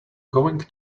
going